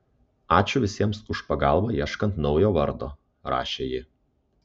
ačiū visiems už pagalbą ieškant naujo vardo rašė ji